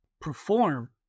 Perform